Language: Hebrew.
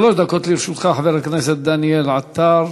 שלוש דקות לרשותך, חבר הכנסת דניאל עטר.